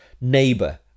neighbor